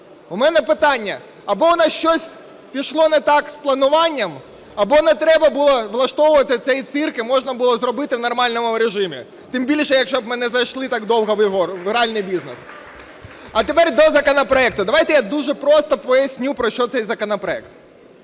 В мене питання: або в нас щось пішло не так з плануванням, або не треба було влаштовувати цей цирк, і можна було зробити в нормальному режимі, тим більше, якщо б ми не зайшли так довго в гральний бізнес. А тепер до законопроекту. Давайте я дуже просто поясню, про що цей законопроект.